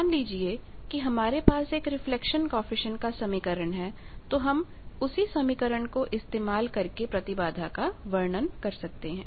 मान लीजिए कि हमारे पास एक रिफ्लेक्शन कॉएफिशिएंट का समीकरण है तो हम उसी समीकरण को इस्तेमाल करके प्रतिबाधा का वर्णन कर सकते हैं